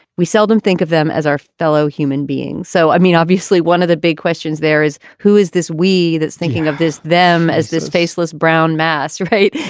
we seldom think of them as our fellow human beings. so, i mean, obviously, one of the big questions there is who is this we that's thinking of this them as this faceless brown mass of yeah hate,